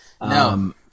No